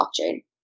blockchain